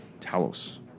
Talos